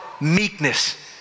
meekness